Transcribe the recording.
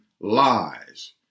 lies